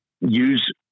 use